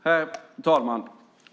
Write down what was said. Herr talman!